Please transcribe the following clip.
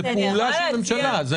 זה פעולה של הממשלה.